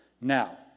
Now